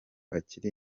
akiri